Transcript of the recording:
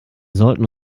sollten